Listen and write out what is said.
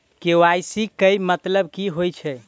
KYC केँ मतलब की होइ छै?